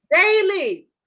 Daily